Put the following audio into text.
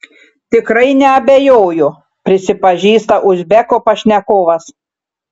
tikrai neabejoju prisipažįsta uzbeko pašnekovas